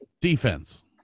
defense